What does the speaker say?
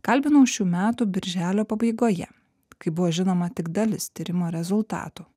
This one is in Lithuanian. kalbinau šių metų birželio pabaigoje kai buvo žinoma tik dalis tyrimo rezultatų